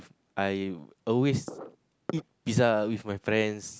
I always eat pizza with my friends